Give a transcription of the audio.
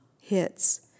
hits